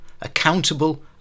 accountable